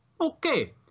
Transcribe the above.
okay